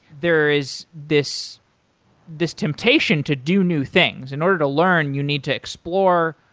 there is this this temptation to do new things. in order to learn, you need to explore.